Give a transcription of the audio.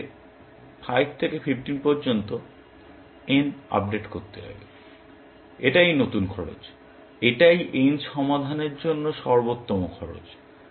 আমাকে 5 থেকে 15 পর্যন্ত n আপডেট করতে হবে এটাই নতুন খরচ এটাই n সমাধানের জন্য সর্বোত্তম খরচ